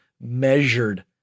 measured